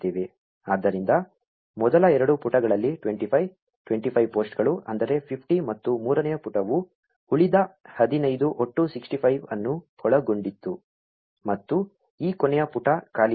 ಆದ್ದರಿಂದ ಮೊದಲ ಎರಡು ಪುಟಗಳಲ್ಲಿ 25 25 ಪೋಸ್ಟ್ಗಳು ಅಂದರೆ 50 ಮತ್ತು ಮೂರನೇ ಪುಟವು ಉಳಿದ ಹದಿನೈದು ಒಟ್ಟು 65 ಅನ್ನು ಒಳಗೊಂಡಿತ್ತು ಮತ್ತು ಈ ಕೊನೆಯ ಪುಟ ಖಾಲಿಯಾಗಿದೆ